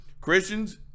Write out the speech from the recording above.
Christians